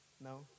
No